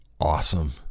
awesome